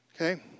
Okay